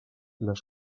les